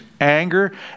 anger